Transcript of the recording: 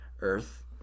earth